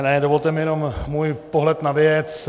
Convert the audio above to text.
Ne, dovolte mi jenom můj pohled na věc.